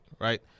Right